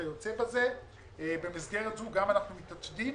במסגרת הזאת אנחנו מתעתדים